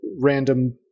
random